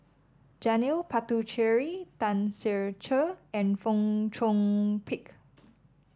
Janil Puthucheary Tan Ser Cher and Fong Chong Pik